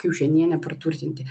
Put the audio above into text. kiaušinienę praturtinti